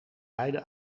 beide